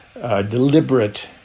deliberate